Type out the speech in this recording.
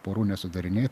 porų nesudarinė